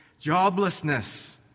joblessness